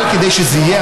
אבל כדי שזה יהיה,